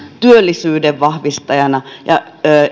työllisyyden vahvistajana ja